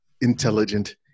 intelligent